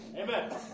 Amen